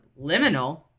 liminal